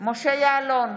משה יעלון,